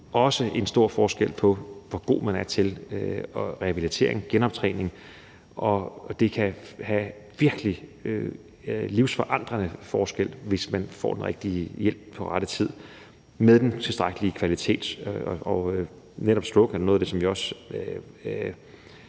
også store forskelle på, hvor god man er til en rehabilitering og genoptræning, og det kan gøre en virkelig livsforandrende forskel, hvis man får den rette hjælp på rette tid med den tilstrækkelige kvalitet. Og netop stroke er noget af det, som vi også